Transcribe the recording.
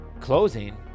Closing